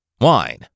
Wine